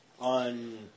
on